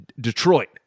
Detroit